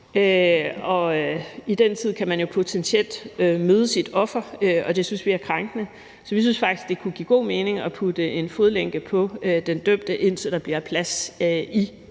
i den tid kan man jo potentielt møde sit offer, og det synes vi er krænkende. Så vi synes faktisk, det kunne give god mening at putte en fodlænke på den dømte, indtil der bliver plads i